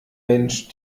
mensch